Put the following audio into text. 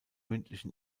mündlichen